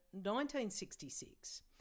1966